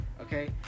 okay